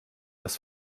das